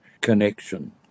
connection